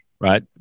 right